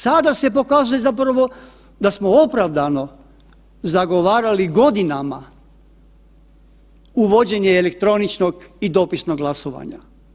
Sada se pokazuje zapravo da smo opravdano zagovarali godinama uvođenje elektroničkog i dopisnog glasovanja.